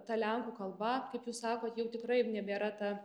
ta lenkų kalba kaip jūs sakot jau tikrai nebėra ta